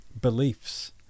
beliefs